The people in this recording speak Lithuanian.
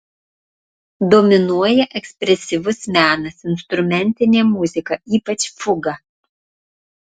dominuoja ekspresyvus menas instrumentinė muzika ypač fuga